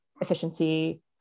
efficiency